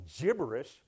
gibberish